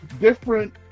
different